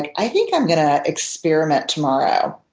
and i think i'm going to experiment tomorrow.